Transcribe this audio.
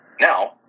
Now